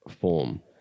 form